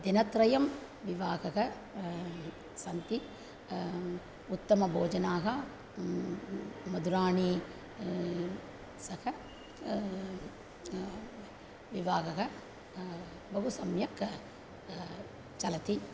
दिनत्रयं विवाहाः सन्ति उत्तमभोजनाः मधुराणि सह विवाहः बहु सम्यक् चलति